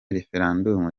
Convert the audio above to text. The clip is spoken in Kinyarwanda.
referandumu